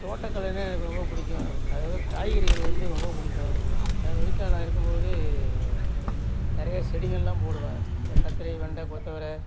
தோட்டக்கலைன்னால் எனக்கு ரொம்ப பிடிக்கும் அதில் உள்ள காய்கறிகள் வந்து ரொம்ப பிடிக்கும் எங்கள் வீட்டில் நான் இருக்கும்போது நிறைய செடிகளெலாம் போடுவேன் இந்த கத்திரி வெண்டை கொத்தவரை